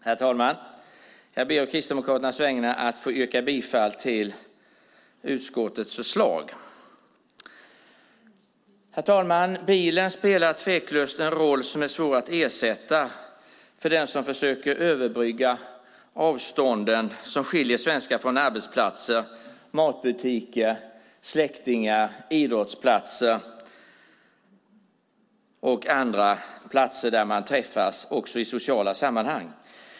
Herr talman! Jag ber att å Kristdemokraternas vägnar få yrka bifall till utskottets förslag. Herr talman! Bilen spelar tveklöst en roll som är svår att ersätta för den som försöker överbrygga avstånden som skiljer svenskar från arbetsplatser, matbutiker, släktingar, idrottsplatser och andra platser där man träffas i sociala sammanhang.